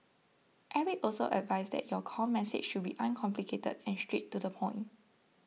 Eric also advised that your core message should be uncomplicated and straight to the point